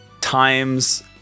times